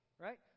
right